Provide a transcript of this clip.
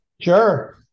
Sure